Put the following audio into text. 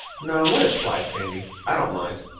no, let it slide, sandy, i don't mind.